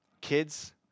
Kids